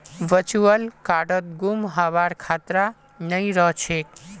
virtual कार्डत गुम हबार खतरा नइ रह छेक